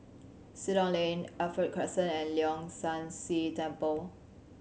Ceylon Lane Alkaff Crescent and Leong San See Temple